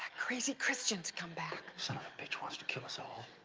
crazy christian's come back. son-of-a-bitch wants to kill us all.